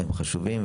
הם חשובים,